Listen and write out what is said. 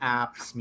apps